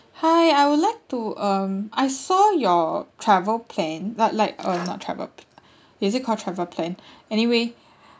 hi I would like to um I saw your travel plan like like uh not travel plan is it called travel plan anyway